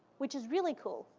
which is really cool.